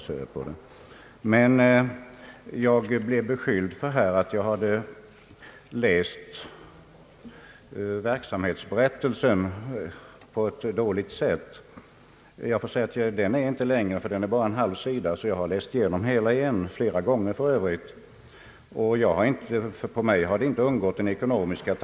Jag blev emellertid beskylld för att jag hade läst verksamhetsberättelsen på ett dåligt sätt. Den är inte längre än en halv sida, och jag har läst igenom den till och med flera gånger. Den ekonomiska tablån har inte undgått min uppmärksamhet.